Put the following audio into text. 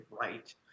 right